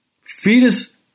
fetus